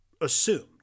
assumed